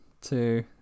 two